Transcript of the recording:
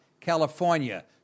California